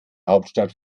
hauptstadt